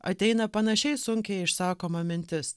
ateina panašiai sunkiai išsakoma mintis